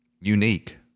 unique